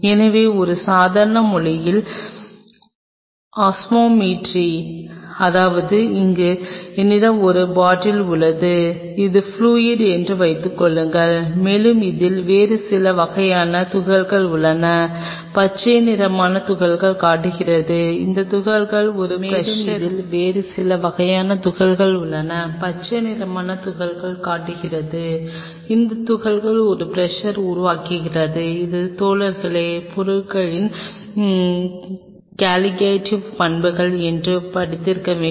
எனவே ஒரு சாதாரண மொழியில் ஒஸ்மோலரிட்டி அதாவது இங்கே என்னிடம் ஒரு பாட்டில் உள்ளது இது பிலுயிட் என்று வைத்துக்கொள்வோம் மேலும் அதில் வேறு சில வகையான துகள்கள் உள்ளன பச்சை நிறமானது துகள்களைக் காட்டுகிறது இந்த துகள்கள் ஒரு பிரஷர் உருவாக்குகின்றன இது தோழர்களே பொருளின் கால்லிகட்டிவ் பண்புகள் என்று படித்திருக்க வேண்டும்